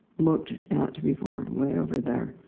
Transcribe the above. looked at before? way over there